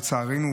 לצערנו,